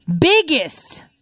Biggest